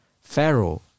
Pharaoh